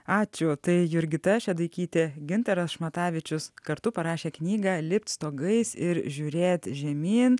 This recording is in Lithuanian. ačiū tai jurgita šeduikytė gintaras šmatavičius kartu parašė knygą lipt stogais ir žiūrėt žemyn